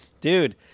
dude